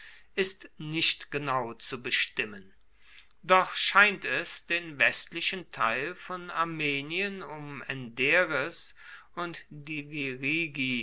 ist nicht genau zu bestimmen doch scheint es den westlichen teil von armenien um enderes und diwirigi